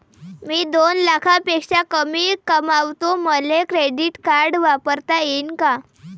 मी दोन लाखापेक्षा कमी कमावतो, मले क्रेडिट कार्ड वापरता येईन का?